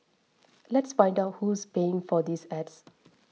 let's find out who's paying for these ads